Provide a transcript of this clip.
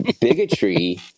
bigotry